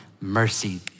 mercy